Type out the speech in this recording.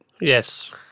Yes